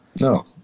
No